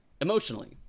emotionally